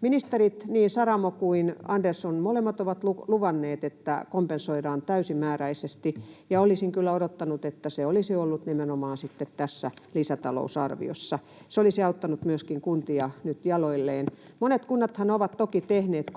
ministerit, niin Saramo kuin Andersson, ovat luvanneet, että kompensoidaan täysimääräisesti, ja olisin kyllä odottanut, että se olisi ollut nimenomaan sitten tässä lisätalousarviossa. Se olisi auttanut myöskin kuntia nyt jaloilleen. Monet kunnathan ovat toki tehneet